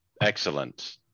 Excellent